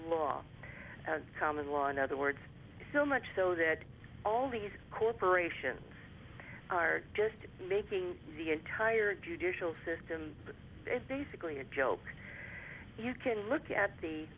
and common law in other words so much so that all these corporations are just making the entire judicial system but it's basically a joke you can look at the